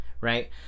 Right